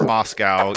Moscow